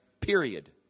Period